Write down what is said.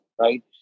right